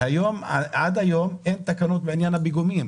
עד היום אין תקנות בעניין פיגומים.